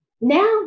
Now